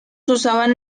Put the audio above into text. usaban